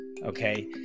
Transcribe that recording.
Okay